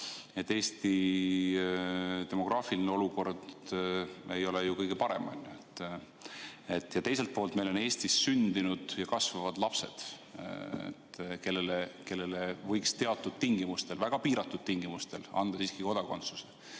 Eesti demograafiline olukord ei ole kõige parem, ja teiselt poolt muretseme, et meil on Eestis sündinud ja kasvavad lapsed, kellele võiks teatud tingimustel, ja väga piiratud tingimustel, anda kodakondsuse.